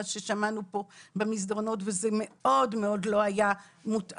מה ששמענו פה במסדרונות וזה מאוד מאוד לא היה מותאם,